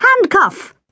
Handcuff